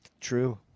True